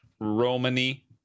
Romani